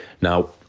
Now